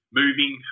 moving